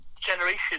generation